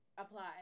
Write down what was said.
apply